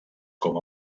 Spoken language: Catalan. com